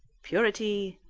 purity,